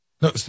No